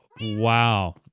Wow